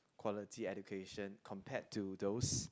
quality education compared to those